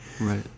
Right